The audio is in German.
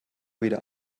wieder